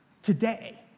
Today